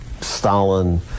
stalin